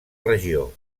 regió